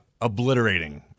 obliterating